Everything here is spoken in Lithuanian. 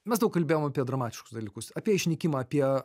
mes daug kalbėjom apie dramatiškus dalykus apie išnykimą apie